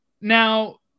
Now